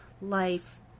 life